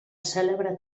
cèlebre